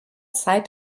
zeit